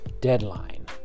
deadline